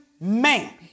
man